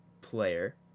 player